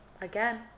again